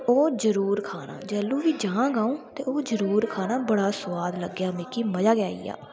ओह् जरूर खाना जदूं बी जाह्ङ ते ओह् जरूर खाना बड़ा सोआद लगेआ मिदी मजा गै आई गेआ